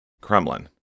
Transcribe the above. Kremlin